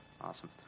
awesome